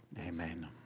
Amen